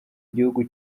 gihugu